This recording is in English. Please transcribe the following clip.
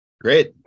great